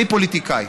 אני פוליטיקאי.